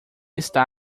está